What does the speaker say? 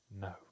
no